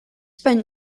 spent